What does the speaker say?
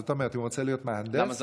זאת אומרת, אם הוא רוצה להיות מהנדס, למה?